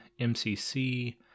MCC